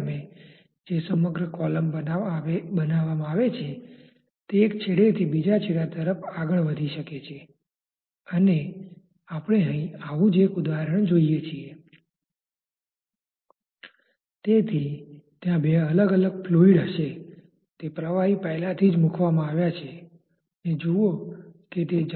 નિયંત્રણ વોલ્યુમની કંટ્રોલ વોલ્યુમની વૈકલ્પિક પસંદગી તેથી તે રેખા કેવી હોવી જોઈએ કે જે આપણે અહીં પસંદ કરીએ છીએ કે જેથી તે તરફ આરપાર કોઈ પ્રવાહ